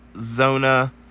Zona